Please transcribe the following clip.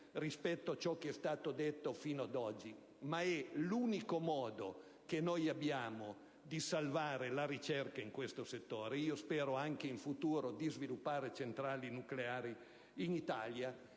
rispetto a ciò che è stato detto fino ad oggi, ma è l'unico modo che noi abbiamo di salvare la ricerca in questo settore. Io spero che in futuro possano svilupparsi centrali nucleari in Italia),